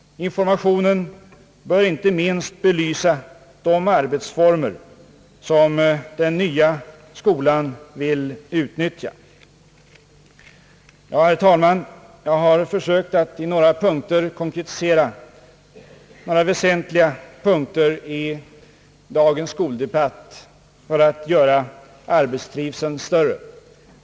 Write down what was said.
Informationen bör inte minst belysa de arbetsformer som den nya skolan vill utnyttja. Herr talman! Jag har försökt att i några punkter konkretisera några väsentliga frågor i dagens skoldebatt som alla ytterst gäller att göra arbetstrivseln större.